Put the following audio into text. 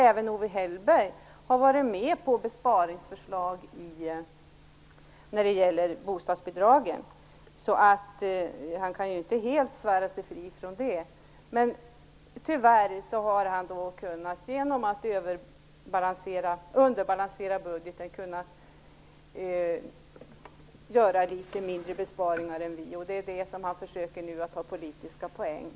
Även Owe Hellberg har varit med på besparingsförslag som gäller bostadsbidragen, så han kan ju inte helt svära sig fri från ansvar. Men tyvärr har man genom att underbalansera budgeten kunnat göra litet mindre besparingar än vi, och det är detta som man nu försöker att ta politiska poäng på.